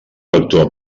vector